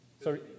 Sorry